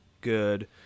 good